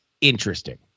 interesting